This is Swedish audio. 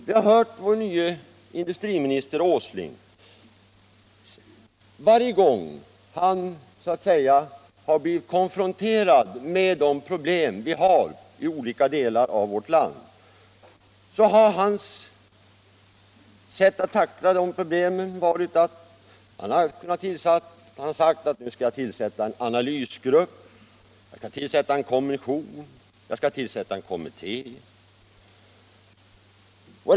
Vi har hört hur vår nye industriminister Åsling uttalat sig när han blivit konfronterad med de problem som finns i olika delar av vårt land. Varje gång har hans sätt att tackla dem varit att han tänker tillsätta en analysgrupp, en kommission eller en kommitté.